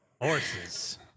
Horses